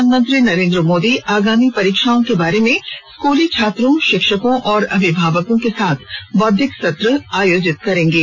प्रधानमंत्री नरेंद्र मोदी आगामी परीक्षाओं के बारे में स्कूली छात्रों शिक्षकों और अभिभावकों के साथ बौद्विक सत्र आयोजित करेंगे